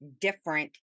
different